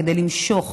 כדי למשוך